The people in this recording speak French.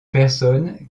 personnes